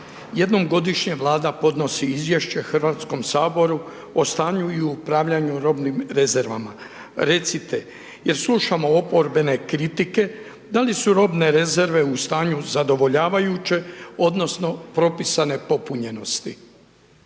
Jednom godišnje Vlada podnosi izvješće Hrvatskom saboru o stanju i upravljanju robnim rezervama, Recite, jer slušamo oporbene kritike, da li su robne rezerve u stanju zadovoljavajuće odnosno propisane popunjenosti?